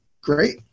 great